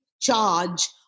charge